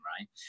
right